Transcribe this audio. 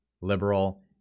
Liberal